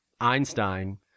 Einstein